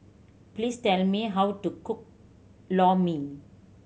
please tell me how to cook Lor Mee